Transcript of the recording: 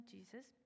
Jesus 。